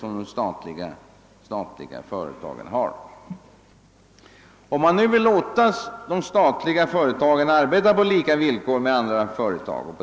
Statsrådet Wickman och utskottet tycks vara eniga om att de statliga företagen bör arbeta under samma villkor som andra företag.